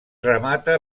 remata